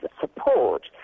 support